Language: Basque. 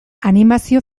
animazio